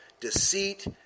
Deceit